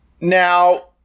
Now